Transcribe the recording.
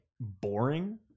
boring